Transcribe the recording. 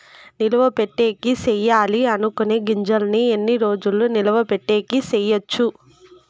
నిలువ పెట్టేకి సేయాలి అనుకునే గింజల్ని ఎన్ని రోజులు నిలువ పెట్టేకి చేయొచ్చు